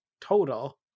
total